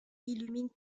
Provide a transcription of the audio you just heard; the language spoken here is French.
illumine